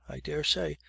i dare say.